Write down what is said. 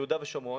יהודה ושומרון